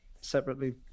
separately